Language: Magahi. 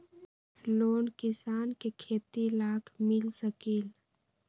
लोन किसान के खेती लाख मिल सकील?